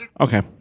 Okay